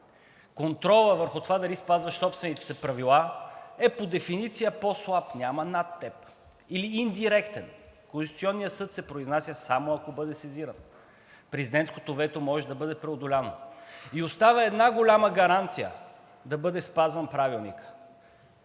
контролът върху това дали спазваш собствените си правила е по дефиниция по-слаб – няма над теб или е индиректен, Конституционният съд се произнася само ако бъде сезиран, президентското вето може да бъде преодоляно и остава една голяма гаранция, за да бъде спазван Правилникът